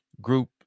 group